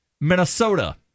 minnesota